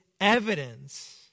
evidence